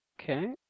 Okay